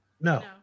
No